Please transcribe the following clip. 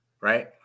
right